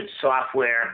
software